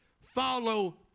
Follow